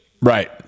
right